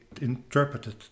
interpreted